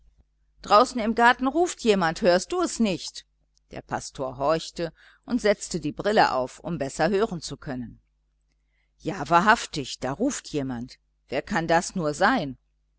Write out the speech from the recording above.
draußen im garten ruft jemand hörst du es nicht der pastor horchte und setzte die brille auf um besser hören zu können ja wahrhaftig da ruft jemand wer kann das nur sein